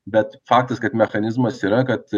bet faktas kad mechanizmas yra kad